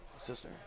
Sister